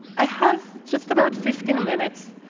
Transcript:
i have just about fifteen minutes,